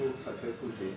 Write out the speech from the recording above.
aku successful seh